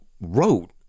wrote